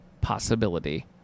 possibility